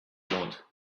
want